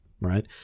right